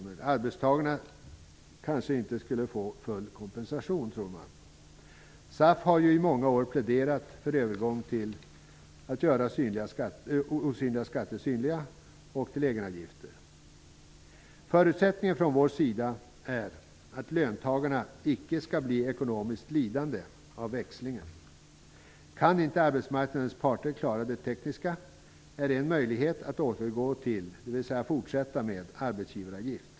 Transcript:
Man tror att arbetstagarna kanske inte får full kompensation. SAF har ju i många år pläderat för övergång från osynliga skatter till synliga skatter och till egenavgifter. Från vår sida menar vi att förutsättningen är att löntagarna icke skall bli ekonomiskt lidande av växlingen. Om inte arbetsmarknadens parter kan klara det tekniska är det en möjlighet att återgå till -- dvs. fortsätta med -- arbetsgivaravgift.